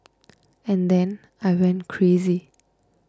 and then I went crazy